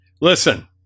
Listen